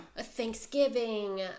thanksgiving